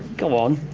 go on.